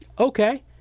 Okay